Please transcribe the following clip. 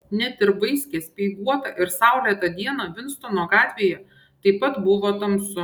net ir vaiskią speiguotą ir saulėtą dieną vinstono gatvėje taip pat buvo tamsu